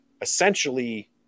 essentially